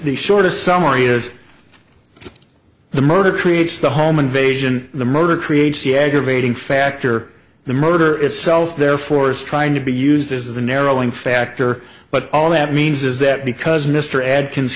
is the murder creates the home invasion the murder creates the aggravating factor the murder itself their force trying to be used is the narrowing factor but all that means is that because mr adkins